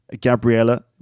Gabriella